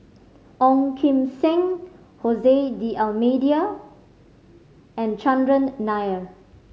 Ong Kim Seng Jose D'Almeida and Chandran Nair